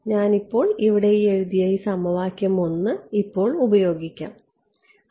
ഞാൻ ഇപ്പോൾ ഇവിടെ എഴുതിയ ഈ സമവാക്യം 1 ഇപ്പോൾ ഉപയോഗിക്കാൻ കഴിയും